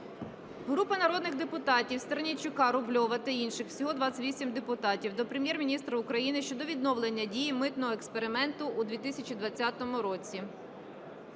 Групи народних депутатів (Стернійчука, Рубльова та інших. Всього 28 депутатів) до Прем'єр-міністра України щодо відновлення дії "митного експерименту" у 2020 році.